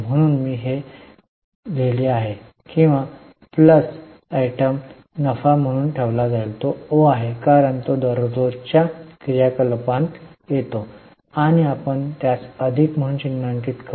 म्हणून मी हे लिहिले आहे की प्लस लास्ट आयटम नफा पुन्हा कायम ठेवला जाईल तो ओ आहे कारण तो दररोजच्या क्रियाकलापांत येतो आणि आपण त्यास अधिक म्हणून चिन्हांकित करू